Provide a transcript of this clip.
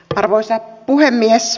arvoisa puhemies